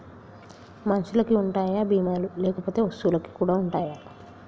మనుషులకి ఉంటాయా బీమా లు లేకపోతే వస్తువులకు కూడా ఉంటయా?